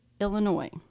Illinois